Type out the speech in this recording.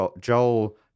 Joel